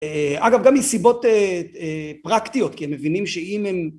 אגב גם מסיבות פרקטיות כי הם מבינים שאם הם